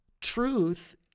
truth